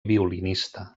violinista